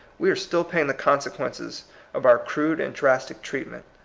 we are still paying the consequences of our crude and drastic treatment.